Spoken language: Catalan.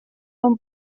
bon